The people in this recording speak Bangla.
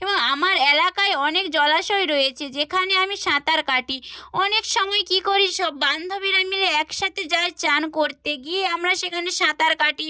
এবং আমার এলাকায় অনেক জলাশয় রয়েছে যেখানে আমি সাঁতার কাটি অনেক সময় কী করি সব বান্ধবীরা মিলে একসাথে যাই চান করতে গিয়ে আমরা সেখানে সাঁতার কাটি